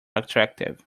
attractive